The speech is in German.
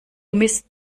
mist